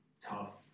tough